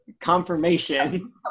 confirmation